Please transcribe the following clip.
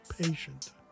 patient